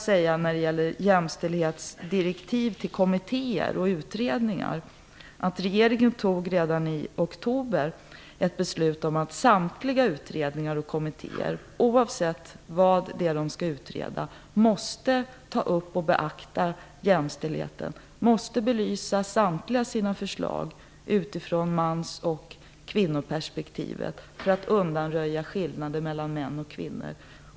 När det gäller jämställdhetsdirektiv till kommittéer och utredningar fattade regeringen redan ett beslut redan i oktober om att samtliga utredningar och kommittéer, oavsett vad de skall utreda, måste ta upp och beakta jämställdheten. De måste belysa samtliga förslag utifrån mans och kvinnoperspektivet för att undanröja skillnader mellan män och kvinnor.